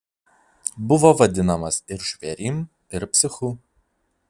buvo vadinamas ir žvėrim ir psichu